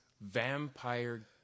Vampire